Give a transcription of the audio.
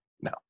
No